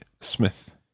Smith